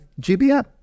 GBM